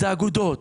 אלה האגודות